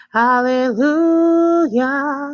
hallelujah